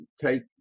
take